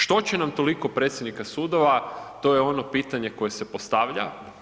Što će nam toliko predsjednika sudova, to je ono pitanje koje se postavlja.